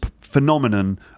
phenomenon